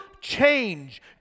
change